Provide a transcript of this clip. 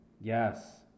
Yes